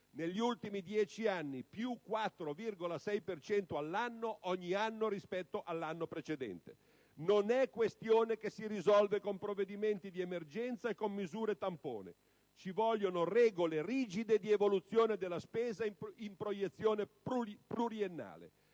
(negli ultimi 10 anni, più 4,6 per cento all'anno, ogni anno rispetto all'anno precedente). Non è questione che si risolve con provvedimenti di emergenza e con misure tampone. Ci vogliono regole rigide di evoluzione della spesa in proiezione pluriennale.